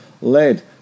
lead